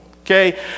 okay